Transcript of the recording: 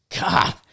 God